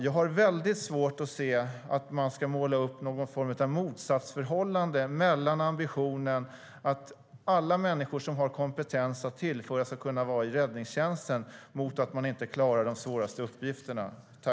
Jag har väldigt svårt att se att man ska måla upp någon form av motsatsförhållande mellan ambitionen att alla människor som har kompetens att tillföra ska kunna vara i räddningstjänsten och att en del inte klarar de svåraste uppgifterna.